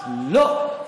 לא.